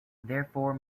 therefore